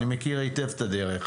אני מכיר היטב את הדרך